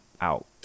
out